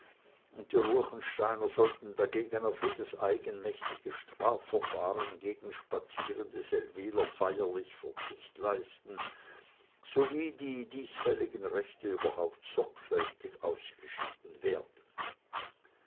und die ruechensteiner sollten dagegen auf jedes eigenmächtige strafverfahren gegen spazierende seldwyler feierlich verzicht leisten sowie die diesfälligen rechte überhaupt sorgfältig ausgeschieden werden